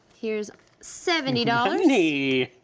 here's seventy dollars. money,